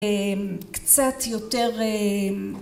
קצת יותר